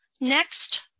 next